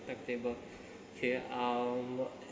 timetable okay um